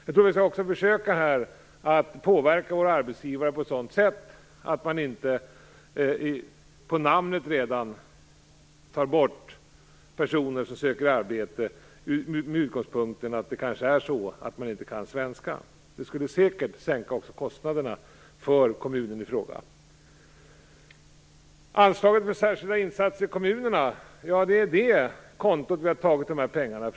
Vi måste också försöka att påverka arbetsgivarna på ett sådant sätt att de inte redan på namnet sorterar ut personer som söker arbete med den förklaringen att de kanske inte kan tala svenska. Det skulle säkert också sänka kostnaderna för kommunen i fråga. Det är från anslaget för särskilda insatser i kommunerna som vi har tagit pengarna.